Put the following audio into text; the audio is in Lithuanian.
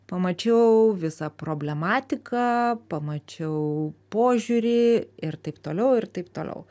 pamačiau visą problematiką pamačiau požiūrį ir taip toliau ir taip toliau